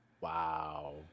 Wow